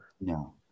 no